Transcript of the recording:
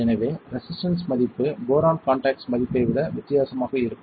எனவே ரெசிஸ்டன்ஸ் மதிப்பு boron contacts மதிப்பை விட வித்தியாசமாக இருக்கும்